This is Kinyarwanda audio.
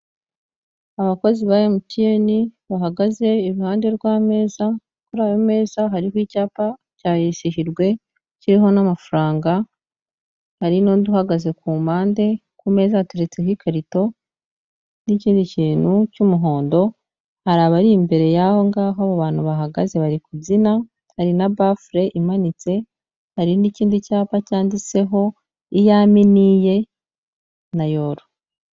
Abakozi ba MTN bahagaze iruhande rw'ameza, kuri ayo meza hariho icyapa cya irizihirwe kiriho n'amafaranga, hari n'undi uhagaze ku mpande, ku meza hateretseho ikarito n'ikindi kintu cy'umuhondo, hari abari imbere y'aho ngaho abo bantu bahagaze, bari kubyina, hari na bafure imanitse, hari n'ikindi cyapa cyanditseho iyaminiye na Yoro.